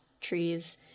trees